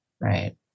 Right